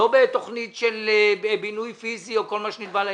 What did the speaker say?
לא בתוכנית של בינוי פיזי או כל מה שנלווה לעניין.